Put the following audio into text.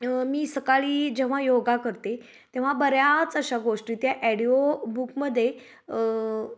मी सकाळी जेव्हा योगा करते तेव्हा बऱ्याच अशा गोष्टी त्या ॲडिओ बुक मध्ये